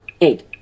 eight